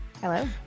Hello